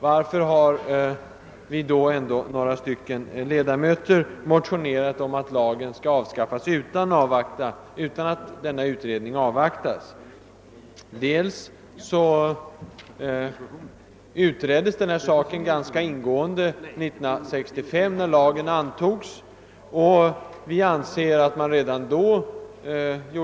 Varför har då några ledamöter motionerat om att lagen skall avskaffas utan att den tillsatta utredningens resultat avvaktas? Jo, frågan utreddes ganska ingående år 1965 i samband med att affärstidslagen antogs.